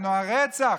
למנוע רצח,